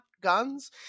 guns